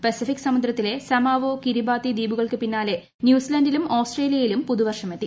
Pacific സമുദ്രത്തിലെ Samoa Kiribati ദ്വീപുകൾക്കു പിന്നാലെ ന്യൂസിലാന്റിലും ഓസ്ട്രേലിയയിലും പുതുവർഷമെത്തി